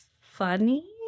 funny